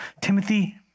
Timothy